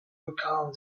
become